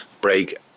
break